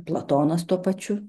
platonas tuo pačiu